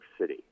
City